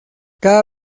cada